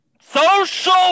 Social